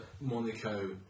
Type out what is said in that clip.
Monaco